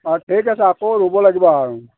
অঁ ঠিক আছে আকৌ ৰুব লাগিব আৰু